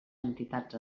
entitats